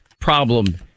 problem